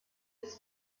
des